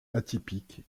atypique